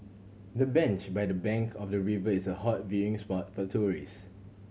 the bench by the bank of the river is a hot viewing spot for tourist